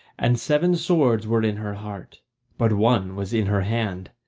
and seven swords were in her heart but one was in her hand.